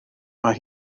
mae